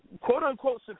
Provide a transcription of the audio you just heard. Quote-unquote